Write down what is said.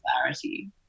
clarity